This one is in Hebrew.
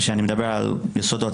וכשאני מדבר על יסודות,